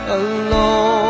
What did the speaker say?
alone